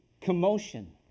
commotion